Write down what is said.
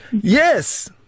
Yes